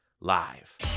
live